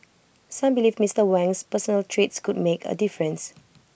some believe Mister Wang's personal traits could make A difference